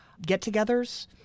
get-togethers